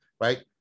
right